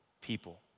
people